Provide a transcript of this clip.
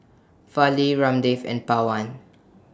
Fali Ramdev and Pawan